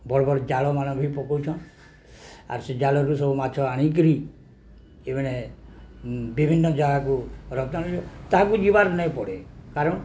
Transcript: ବଡ଼ ବଡ଼ ଜାଲମାନ ବି ପକଉଛନ୍ ଆର୍ ସେ ଜାଲରୁ ସବୁ ମାଛ ଆଣିକିରି ଏବେ ବିଭିନ୍ନ ଜାଗାକୁ ତାହାକୁ ଯିବାର ନାହିଁ ପଡ଼େ କାରଣ